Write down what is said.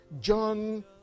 John